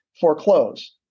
foreclose